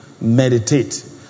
meditate